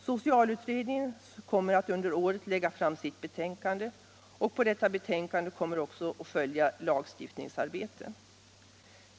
Socialutredningen, vars betänkande avses bli framlagt under året, kommer också att följas av lagstiftningsarbete.